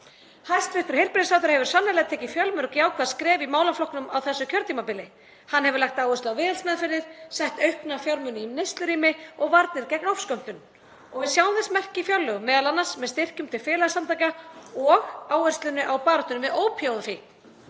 Hæstv. heilbrigðisráðherra hefur sannarlega tekið fjölmörg jákvæð skref í málaflokknum á þessu kjörtímabili. Hann hefur lagt áherslu á viðhaldsmeðferðir, sett aukna fjármuni í neyslurými og varnir gegn ofskömmtun og við sjáum þess merki í fjárlögum, m.a. með styrkjum til félagasamtaka og áherslunni á baráttuna við ópíóíðafíkn.